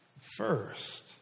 first